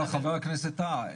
אבל חבר הכנסת טאהא,